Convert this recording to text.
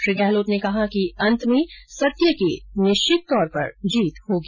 श्री गहलोत ने कहा कि अंत में सत्य की निश्चित तौर पर जीत होगी